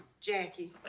Jackie